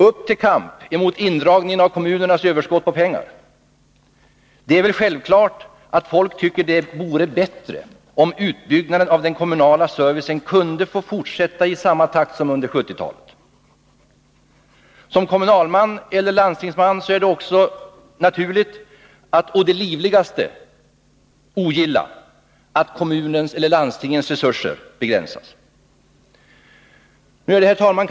Upp till kamp mot indragningen av kommunernas överskott på pengar! Det är väl självklart att folk tycker att det vore bättre om utbyggnaden av den kommunala servicen kunde få fortsätta i samma takt som under 1970-talet. Som kommunalman eller landstingsman är det också naturligt att man å det livligaste ogillar att kommunens eller landstingets resurser begränsas. Herr talman!